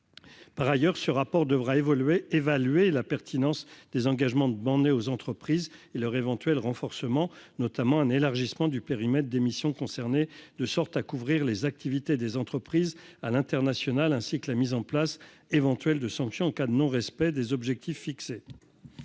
par ailleurs, ce rapport devra évoluer évaluer la pertinence des engagements demandés aux entreprises et leur éventuel renforcement notamment un élargissement du périmètre des missions concernées de sorte à couvrir les activités des entreprises à l'international, ainsi que la mise en place éventuelle de sanctions en cas de non-respect des objectifs fixés.